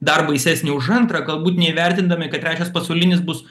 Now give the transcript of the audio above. dar baisesnį už antrą galbūt neįvertindami kad trečias pasaulinis bus